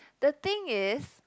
the thing is